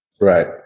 Right